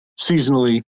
seasonally